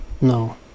No